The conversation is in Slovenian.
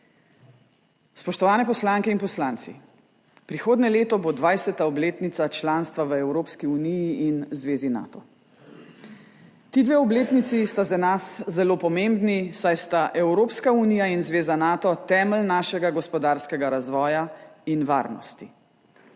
Spoštovane poslanke in poslanci! Prihodnje leto bo 20. obletnica članstva v Evropski uniji in zvezi Nato. Ti dve obletnici sta za nas zelo pomembni, saj sta Evropska unija in zveza Nato temelj našega gospodarskega razvoja in varnosti.